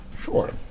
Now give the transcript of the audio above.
Sure